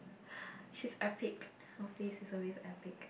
she is epic her face is always epic